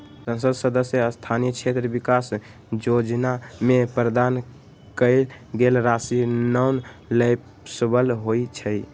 संसद सदस्य स्थानीय क्षेत्र विकास जोजना में प्रदान कएल गेल राशि नॉन लैप्सबल होइ छइ